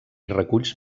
reculls